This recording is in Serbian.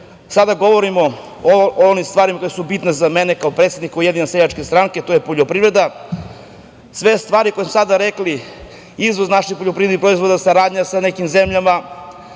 sada govorimo o onim stvarima koje su bitne za mene kao predsednika Ujedinjene seljačke stranke, to je poljoprivreda. Sve stvari koje su sada rekli, izvoz naših poljoprivrednih proizvoda, saradnja sa nekim zemljama,